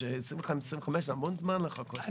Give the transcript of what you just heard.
ש-25 זה המון זמן לחכות.